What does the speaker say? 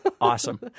Awesome